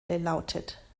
lautet